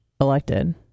elected